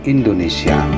Indonesia